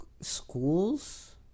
schools